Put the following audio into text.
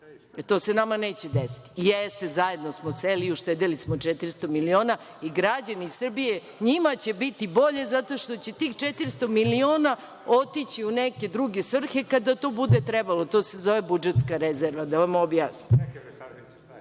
To se nama neće desiti. Jeste, zajedno smo seli i uštedeli smo 400 miliona i građanima Srbije će biti bolje zato što će tih 400 miliona otići u neke druge svrhe kada to bude trebalo. To se zove budžetska rezerva, da vam objasnim. Tako